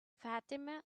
fatima